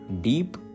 deep